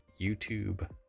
youtube